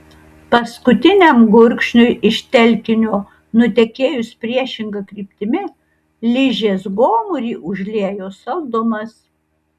paskutiniam gurkšniui iš telkinio nutekėjus priešinga kryptimi ližės gomurį užliejo saldumas